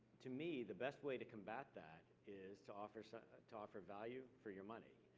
to me, the best way to combat that is to offer so ah to offer value for your money.